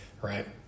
right